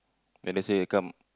then they say come